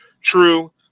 true